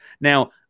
Now